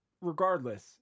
Regardless